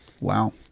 Wow